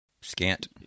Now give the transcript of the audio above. Scant